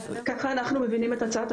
כך אנחנו מבינים את הצעת החוק,